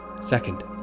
Second